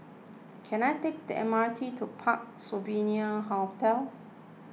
can I take the M R T to Parc Sovereign Hotel